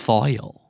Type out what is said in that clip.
Foil